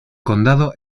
condado